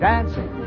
Dancing